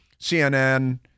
CNN